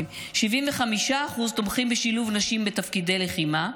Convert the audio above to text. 75% תומכים בשילוב נשים בתפקידי לחימה,